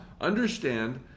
Understand